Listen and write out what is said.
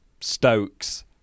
stokes